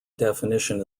definition